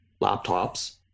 laptops